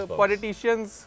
politicians